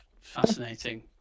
Fascinating